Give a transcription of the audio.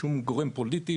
לשום גורם פוליטי,